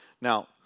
Now